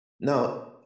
now